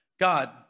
God